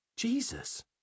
Jesus